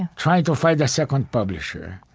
trying to find a second publisher.